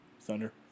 Thunder